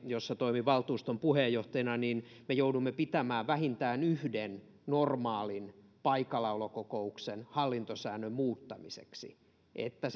jossa toimin valtuuston puheenjohtajana me joudumme pitämään vähintään yhden normaalin paikallaolokokouksen hallintosäännön muuttamiseksi niin että